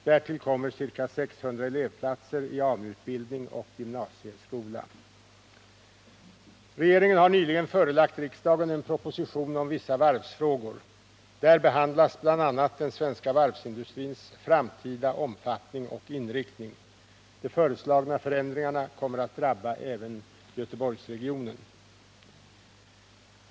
Därtill kommer ca 600 elevplatser i AMU-utbildning och gymnasieskola. Regeringen har nyligen förelagt riksdagen en proposition om vissa varvsfrågor. Där behandlas bl.a. den svenska varvsindustrins framtida omfattning och inriktning. De föreslagna förändringarna kommer att drabba även Göteborgsregionen.